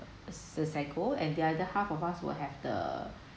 sesago and the other half of us will have the